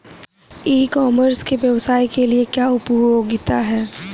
ई commerce के व्यवसाय के लिए क्या उपयोगिता है?